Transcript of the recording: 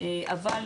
ולכן,